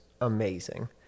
amazing